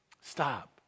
Stop